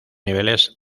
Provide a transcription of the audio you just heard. niveles